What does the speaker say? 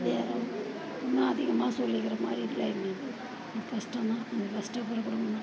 வேறு ஒன்று ஒன்றும் அதிகமாக சொல்லிக்கிற மாதிரி இல்லை எங்களுக்கு கொஞ்சம் கழ்டம் தான் கொஞ்சம் கஷ்டப்பட்ற குடும்பம் தான்